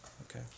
Okay